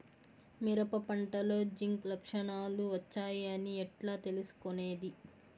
మిరప పంటలో జింక్ లక్షణాలు వచ్చాయి అని ఎట్లా తెలుసుకొనేది?